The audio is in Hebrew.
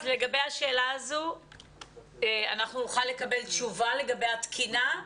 לגבי השאלה הזו אנחנו נוכל לקבל תשובה לגבי התקינה.